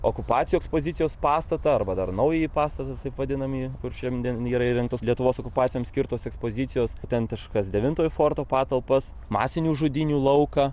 okupacijų ekspozicijos pastatą arba dar naująjį pastatą taip vadinami kur šiandien yra įrengtos lietuvos okupacijoms skirtos ekspozicijos autentiškas devintojo forto patalpas masinių žudynių lauką